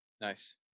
Nice